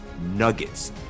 nuggets